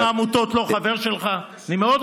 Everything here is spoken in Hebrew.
זה מין